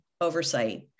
oversight